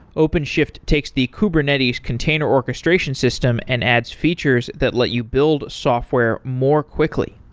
openshift takes the kubernetes container orchestration system and adds features that let you build software more quickly.